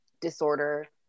disorder